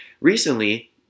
recently